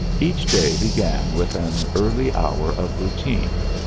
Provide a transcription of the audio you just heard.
each day began with an early hour of routine,